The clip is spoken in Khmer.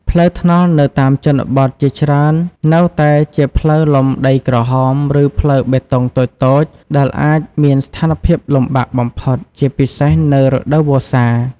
ផ្លូវថ្នល់នៅតាមជនបទជាច្រើននៅតែជាផ្លូវលំដីក្រហម ឬផ្លូវបេតុងតូចៗ ដែលអាចមានស្ថានភាពលំបាកបំផុត ជាពិសេសនៅរដូវវស្សា។